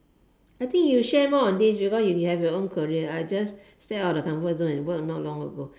I think you share more on this because you have your own career I just step out of the comfort zone and work not long ago